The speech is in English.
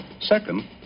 Second